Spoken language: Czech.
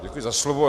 Děkuji za slovo.